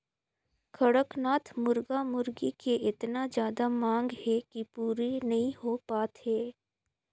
कड़कनाथ मुरगा मुरगी के एतना जादा मांग हे कि पूरे नइ हो पात हे